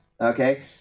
Okay